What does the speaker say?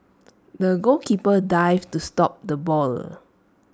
the goalkeeper dived to stop the ball